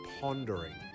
pondering